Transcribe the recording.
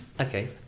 okay